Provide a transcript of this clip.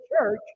church